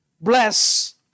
bless